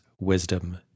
wisdom